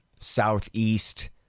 Southeast